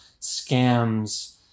scams